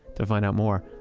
to find out more,